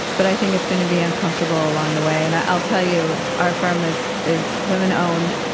but i think it's going to be uncomfortable along the way. and i'll tell you, our firm is is women-owned,